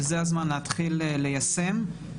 וזה הזמן להתחיל ליישם.